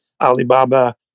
Alibaba